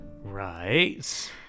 Right